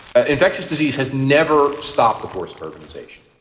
ah infectious disease has never stopped the force of urbanization.